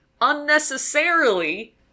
unnecessarily